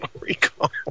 Recall